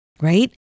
right